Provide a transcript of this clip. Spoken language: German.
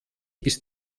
ist